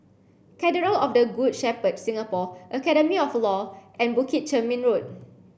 Cathedral of the Good Shepherd Singapore Academy of Law and Bukit Chermin Road